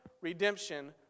redemption